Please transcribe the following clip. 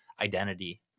identity